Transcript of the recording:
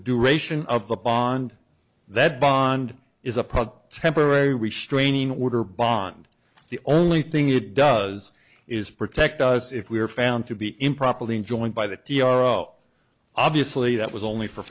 duration of the bond that bond is a punt temporary restraining order bond the only thing it does is protect us if we are found to be improperly joined by the t r o obviously that was only for